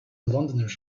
londoners